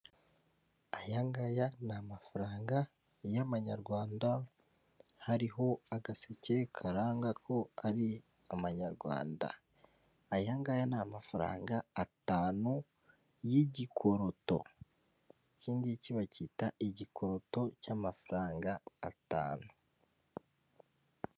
Aya ngaya n'ifaranga y'amanyarwanda hariho agaseke karanga ko ari amanyarwanda ayagahe ni amafaranga atanu y'igikoroto ikingiki bacyita igikoroto cy'amafaranga atanu.